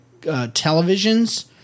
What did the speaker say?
televisions